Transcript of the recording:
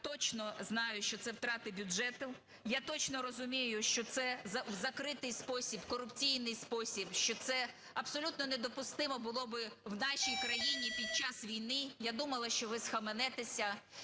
Я точно знаю, що це втрати бюджету. Я точно розумію, що це в закритий спосіб, корупційний спосіб, що це абсолютно недопустимо було би в нашій країні під час війни. Я думала, що ви схаменетеся.